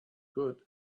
good